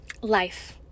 life